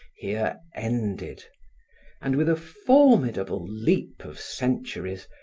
here ended and with a formidable leap of centuries,